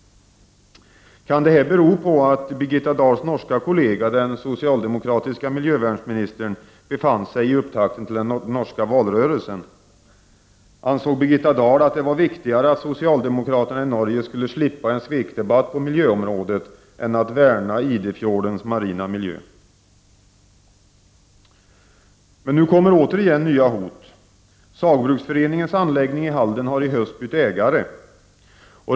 Kan detta bero på att Birgitta Dahls norska kollega, den socialdemokratiska miljövärnsministern, befann sig i upptakten till den norska valrörelsen? Ansåg Birgitta Dahl att det var viktigare att socialdemokraterna i Norge skulle slippa en svekdebatt på miljöområdet än att värna Idefjordens marina miljö? Nu kommer återigen nya hot. Saugbrugsforeningens anläggning i Halden har i höst bytt ägare.